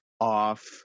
off